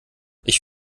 ich